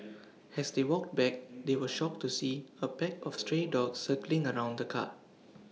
as they walked back they were shocked to see A pack of stray dogs circling around the car